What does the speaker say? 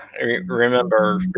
Remember